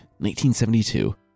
1972